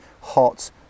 hot